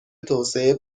توسعه